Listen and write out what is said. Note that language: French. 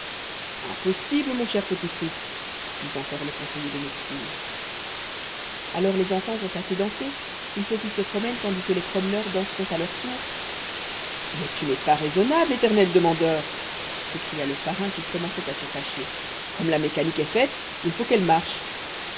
impossible mon cher petit fritz dit encore le conseiller de médecine alors les enfants ont dansé assez il faut qu'ils se promènent tandis que les promeneurs danseront à leur tour mais tu n'es pas raisonnable éternel demandeur s'écria le parrain qui commençait à se fâcher comme la mécanique est faite il faut qu'elle marche